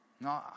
No